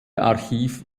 archiv